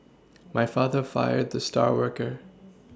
my father fired the star worker